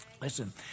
listen